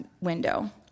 window